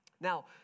Now